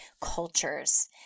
cultures